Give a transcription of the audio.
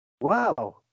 Wow